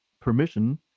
permission